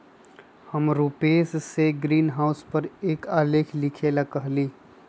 हम रूपेश से ग्रीनहाउस पर एक आलेख लिखेला कहली